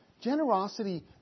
generosity